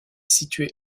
situé